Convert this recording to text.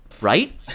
Right